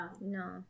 No